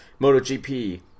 MotoGP